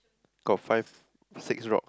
got five six rock